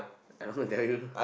I also tell you